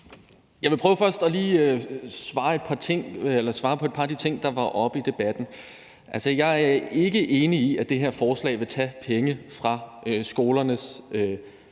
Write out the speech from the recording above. Jeg vil først prøve på at svare på et par af de ting, der var oppe i debatten. Jeg er ikke enig i, at det her forslag vil tage penge fra skolerne i